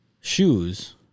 shoes